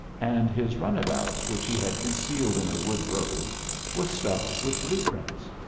and his runabout which he had concealed in a wood road was stuffed with blue-prints.